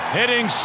hitting